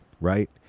Right